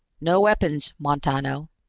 no weapons, montano.